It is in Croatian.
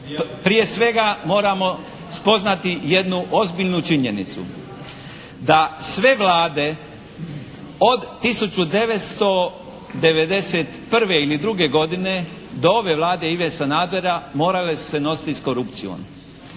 prije svega moramo spoznati jednu ozbiljnu činjenicu da sve vlade od 1991. ili 1992. godine do ove Vlade Ive Sanadera morale su se nositi s korupcijom.